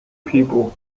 people